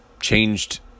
changed